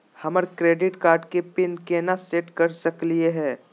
हमर credit card के PIN केना सेट कर सकली हे?